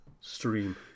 stream